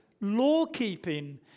law-keeping